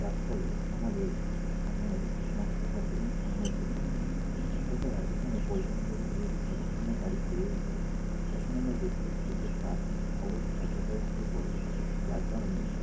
যার ফলে আমাদের সময়ের নষ্ট হয় এবং সময়ের ক্ষতি হয় তাছাড়া এখানে পরিবহন ব্যবস্থা যদি সঠিক সময়ে গাড়ি পেয়েও যাই তখন আমরা দেকতে পাই যে ট্রাফিক অবস্থা এতটাই দুর্বল যার কারণে